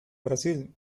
brasil